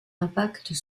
impact